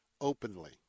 openly